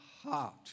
heart